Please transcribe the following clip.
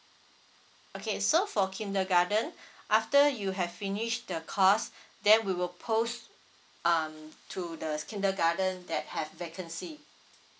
okay so for kindergarten after you have finished the course then we will post um to the kindergarten that have vacancy